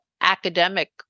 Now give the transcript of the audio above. academic